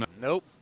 Nope